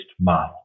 model